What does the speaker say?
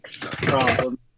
problem